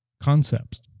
concepts